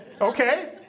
Okay